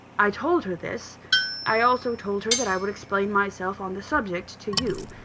i told her this i also told her that i would explain myself on the subject to you.